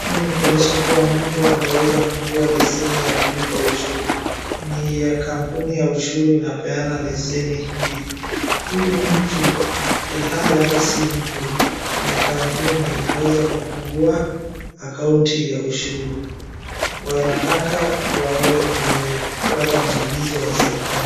Hii ni kuonyesha kuwa mtu ameweza kufungua leseni ya kulipa ushuru. Ni ya kampuni ya ushuru inapeana leseni hii. Huyu mtu, ilhali hata si mtu ni kampuni, imeweza kufungua akaunti ya ushuru. Wanataka wawe ni wenye kufuata maagizo ya serikali.